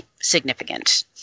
significant